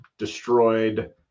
destroyed